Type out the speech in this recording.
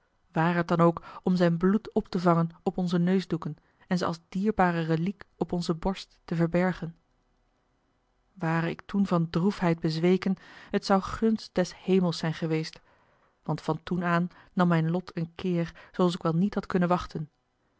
ware het dan ook om zijn bloed op te vangen op onze neusdoeken en ze als dierbare reliek op onze borst te verbergen ware ik toen van droefheid bezweken het zou gunst des hemels zijn geweest want van toen aan nam mijn lot een keer zooals ik wel niet had kunnen wachten